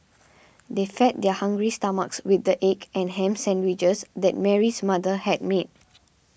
they fed their hungry stomachs with the egg and ham sandwiches that Mary's mother had made